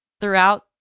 throughout